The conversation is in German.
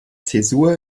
zäsur